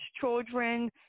children